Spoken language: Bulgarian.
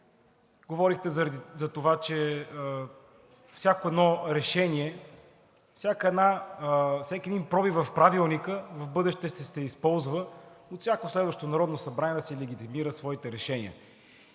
Говорихте за това, че всяко едно решение, всеки един пробив в Правилника в бъдеще ще се използва от всяко следващо Народно събрание да си легитимира своите решения.